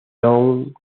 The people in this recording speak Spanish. town